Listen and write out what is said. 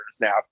now